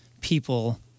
people